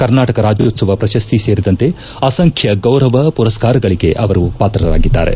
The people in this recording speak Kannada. ಕರ್ನಾಟಕ ರಾಜ್ಯೋತ್ವವ ಪ್ರಶಸ್ತಿ ಸೇರಿದಂತೆ ಅಸಂಖ್ಯ ಗೌರವ ಪುರಸ್ನಾರಗಳಿಗೆ ಅವರು ಪಾತ್ರರಾಗಿದ್ದಾರೆ